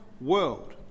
world